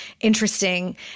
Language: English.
interesting